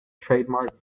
trademark